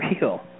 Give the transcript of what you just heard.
real